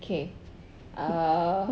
okay err